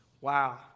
wow